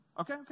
Okay